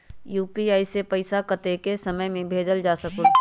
UPI से पैसा कतेक समय मे भेजल जा स्कूल?